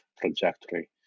trajectory